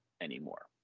anymore